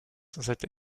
that